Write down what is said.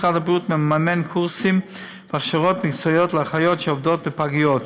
משרד הבריאות מממן קורסים והכשרות מקצועיות לאחיות שעובדות בפגיות.